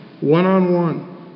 One-on-one